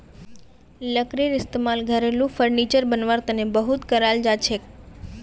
लकड़ीर इस्तेमाल घरेलू फर्नीचर बनव्वार तने बहुत कराल जाछेक